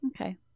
Okay